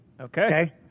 Okay